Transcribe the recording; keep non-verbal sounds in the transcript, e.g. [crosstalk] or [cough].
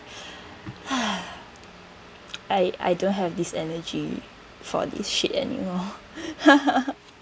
[breath] I I don't have this energy for this shit anymore [laughs]